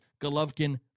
Golovkin